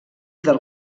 del